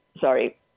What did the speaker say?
Sorry